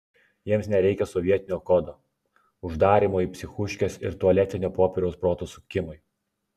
jiems nereikia sovietinio kodo uždarymo į psichuškes ir tualetinio popieriaus proto sukimui